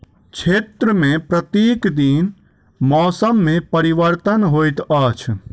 क्षेत्र में प्रत्येक दिन मौसम में परिवर्तन होइत अछि